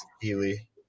Healy